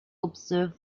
observe